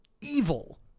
evil